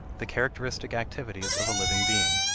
the characteristic activities of a living being.